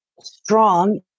strong